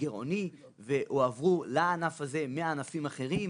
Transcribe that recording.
גירעוני והועברו לענף הזה מענפים אחרים.